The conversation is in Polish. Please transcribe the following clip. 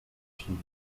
ślinę